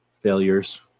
failures